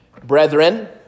Brethren